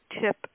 tip